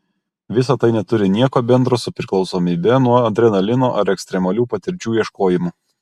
visa tai neturi nieko bendro su priklausomybe nuo adrenalino ar ekstremalių patirčių ieškojimu